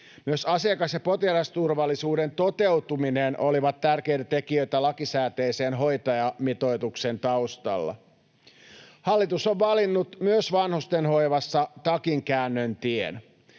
Myös asiakas- ja potilasturvallisuuden toteutuminen olivat tärkeitä tekijöitä lakisääteisen hoitajamitoituksen taustalla. Hallitus on valinnut myös vanhustenhoivassa takinkäännön tien.